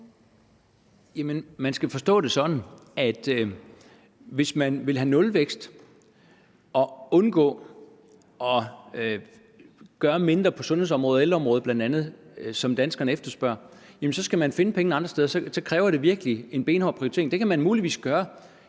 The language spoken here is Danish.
Man skal forstå det sådan, at hvis man vil have nulvækst og undgå at gøre mindre på sundhedsområdet og ældreområdet bl.a., områder, som danskerne efterspørger, så skal man finde pengene andre steder, og så kræver det virkelig en benhård prioritering. Det kan man muligvis gøre